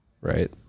right